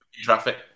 Traffic